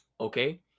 Okay